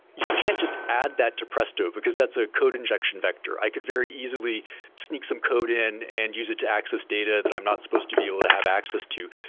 you can't just add that to presto, because that's a code injection vector. i could very easily sneak some code in and use it to access data that i'm not supposed to be able to have access to.